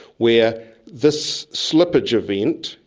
where this slippage event,